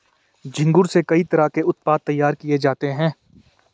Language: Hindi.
झींगुर से कई तरह के उत्पाद तैयार किये जाते है